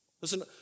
Listen